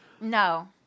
No